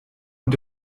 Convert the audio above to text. und